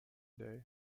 day